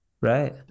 right